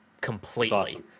completely